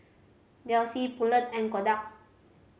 Delsey Poulet and Kodak